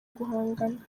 guhangana